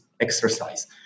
exercise